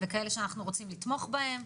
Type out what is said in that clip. וכאלה שאנחנו רוצים לתמוך בהם.